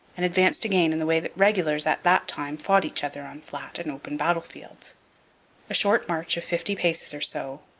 and advanced again in the way that regulars at that time fought each other on flat and open battlefields a short march of fifty paces or so,